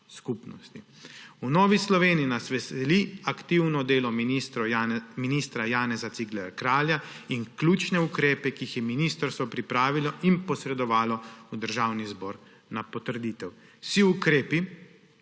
V Novi Sloveniji nas veselijo aktivno delo ministra Janeza Ciglerja Kralja in ključni ukrepi, ki jih je ministrstvo pripravilo in posredovalo v Državni zbor v potrditev.